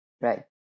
Right